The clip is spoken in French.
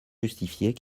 justifiées